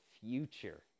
future